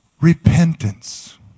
Repentance